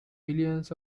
millions